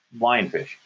lionfish